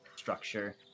structure